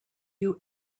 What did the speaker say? you